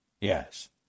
Yes